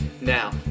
Now